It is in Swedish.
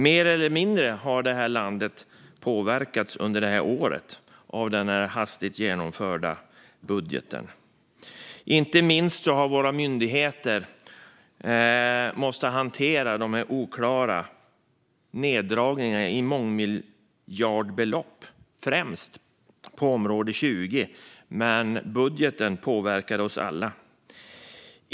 Mer eller mindre har landet påverkats under året av denna hastigt genomförda budget. Inte minst har våra myndigheter varit tvungna att hantera dessa oklara neddragningar med miljonbelopp. De drabbade främst område 20, men budgeten påverkade oss alla.